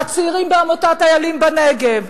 הצעירים בעמותת "איילים" בנגב,